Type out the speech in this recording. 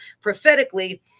prophetically